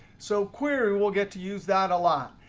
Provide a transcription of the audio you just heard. so query, we'll get to use that a lot.